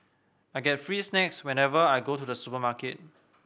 I get free snacks whenever I go to the supermarket